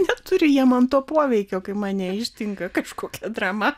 neturi jie man to poveikio kai mane ištinka kažkokia drama